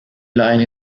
line